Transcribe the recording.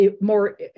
more